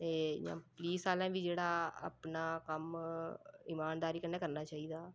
ते इ'यां पुलिस आह्लें बी जेह्ड़ा अपना कम्म ईमानदारी कन्नै करना चाहिदा